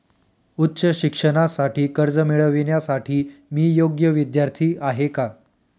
उच्च शिक्षणासाठी कर्ज मिळविण्यासाठी मी योग्य विद्यार्थी आहे का?